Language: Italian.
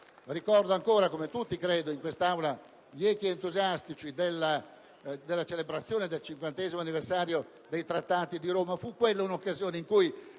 Ricordo ancora, come credo tutti in quest'Aula, gli echi entusiastici della celebrazione del cinquantesimo anniversario dei Trattati di Roma: